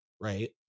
right